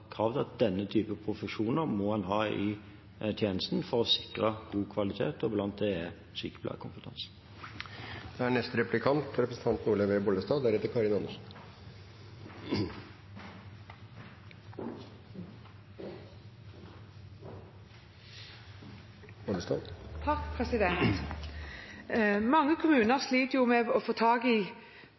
krav om å ha denne typen profesjoner i tjenesten for å sikre god kvalitet, og blant disse er sykepleierkompetansen. Mange kommuner sliter med å få tak i